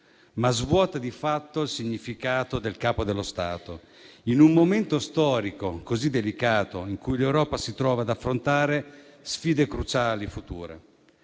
ma svuota di fatto il significato del Capo dello Stato, in un momento storico così delicato, in cui l'Europa si trova ad affrontare sfide cruciali future.